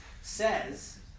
says